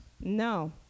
no